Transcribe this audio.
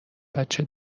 بچه